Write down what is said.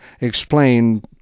explain